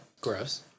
Gross